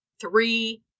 three